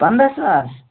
پنٛداہ ساس